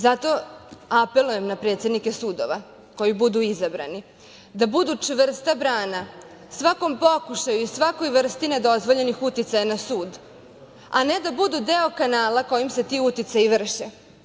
Zato apelujem na predsednike sudova koji budu izabrani da budu čvrsta brana svakom pokušaju i svakoj vrsti nedozvoljenih uticaja na sud, a ne da budu deo kanala kojim se ti uticaji vrše.